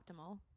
optimal